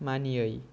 मानियै